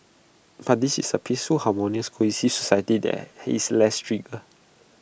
but this is A peaceful harmonious cohesive society there he is less trigger